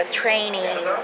training